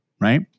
Right